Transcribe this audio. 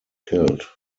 killed